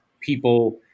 people